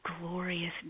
glorious